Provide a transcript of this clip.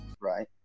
right